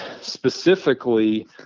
specifically